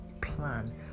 plan